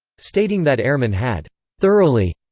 stating that ehrman had thoroughly